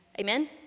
Amen